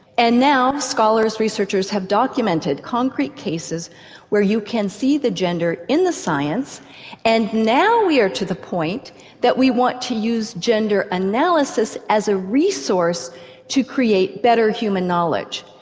and now scholars, researchers have documented concrete cases where you can see the gender in the science and now we are to the point that we want to use gender analysis as a resource to create better human knowledge.